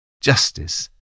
Justice